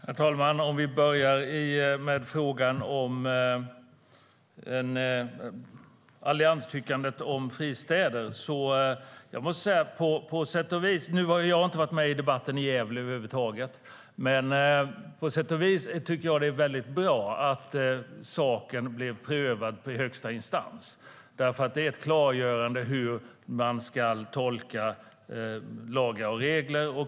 Herr talman! Om vi börjar med allianstyckandet om fristäder har jag inte varit med i debatten i Gävle, men jag tycker på sätt och vis att det är bra att saken prövas i högsta instans. Det blir ett klargörande av hur man ska tolka lagar och regler.